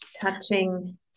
touching